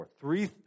Three